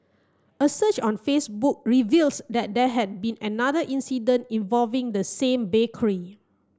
a search on Facebook revealed that there had been another incident involving the same bakery